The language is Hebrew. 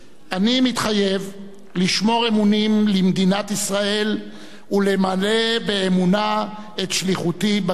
"אני מתחייב לשמור אמונים למדינת ישראל ולמלא באמונה את שליחותי בכנסת".